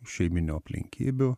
šeiminių aplinkybių